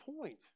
point